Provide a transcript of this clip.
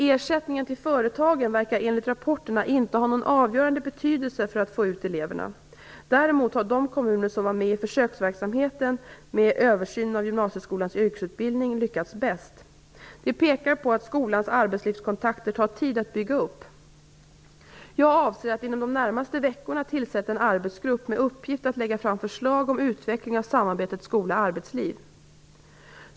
Ersättningen till företagen verkar enligt rapporterna inte ha någon avgörande betydelse för att få ut eleverna. Däremot har de kommuner som var med i försöksverksamheten med ÖGY lyckats bäst. Det pekar på att skolans arbetslivskontakter tar tid att bygga upp. Jag avser att inom de närmaste veckorna tillsätta en arbetsgrupp med uppgift att lägga fram förslag om utveckling av samarbetet mellan skola och arbetsliv.